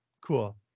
cool